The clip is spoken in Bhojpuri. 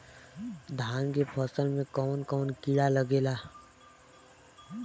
धान के फसल मे कवन कवन कीड़ा लागेला?